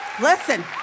Listen